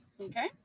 Okay